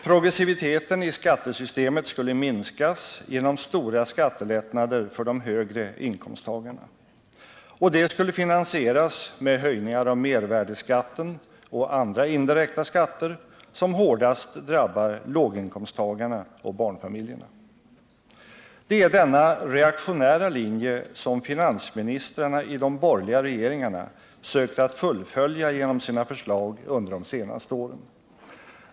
Progressiviteten i skattesystemet skulle minskas genom stora skattelättnader för de högre inkomsttagarna. Och det skulle finansieras med höjningar av mervärdeskatten och andra indirekta skatter, som hårdast drabbar låginkomsttagarna och barnfamiljerna. Det är denna reaktionära linje som finansministrarna i de borgerliga regeringarna sökt att fullfölja genom sina förslag under de senaste åren.